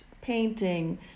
painting